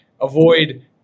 avoid